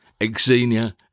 Exenia